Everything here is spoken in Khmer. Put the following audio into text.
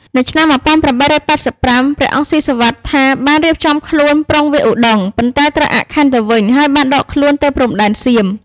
នៅឆ្នាំ ១៨៨៥ ព្រះអង្គស៊ីសុវត្ថាបានរៀបចំខ្លួនប្រុងវាយឧដុង្គ ប៉ុន្តែត្រូវអាក់ខានទៅវិញ ហើយបានដកខ្លួនទៅព្រំដែនសៀម។